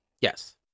Yes